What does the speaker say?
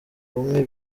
ubumwe